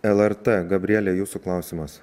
lrt gabriele jūsų klausimas